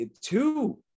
two